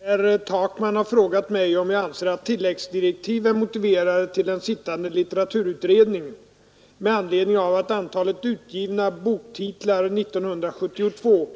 Herr talman! Herr Takman har frågat mig om jag anser att tilläggsdirektiv är motiverade till den sittande litteraturutredningen med anledning av att antalet utgivna boktitlar 1972